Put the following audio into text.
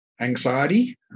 anxiety